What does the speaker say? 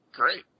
Great